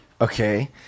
Okay